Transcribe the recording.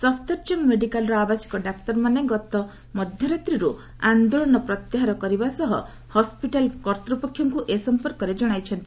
ସଫଦରଜଙ୍ଗ ମେଡ଼ିକାଲର ଆବାସିକ ଡାକ୍ତରମାନେ ମଧ୍ୟ ଗତରାତିରୁ ଆନ୍ଦୋଳନ ପ୍ରତ୍ୟାହାର କରିବା ସହ ହସ୍ୱିଟାଲ୍ କର୍ତ୍ତୃପକ୍ଷଙ୍କୁ ଏ ସଂପର୍କରେ କଣାଇଛନ୍ତି